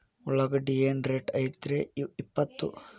ಉಳ್ಳಾಗಡ್ಡಿ ಏನ್ ರೇಟ್ ಐತ್ರೇ ಇಪ್ಪತ್ತು?